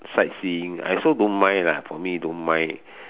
sightseeing I also don't mind lah for me don't mind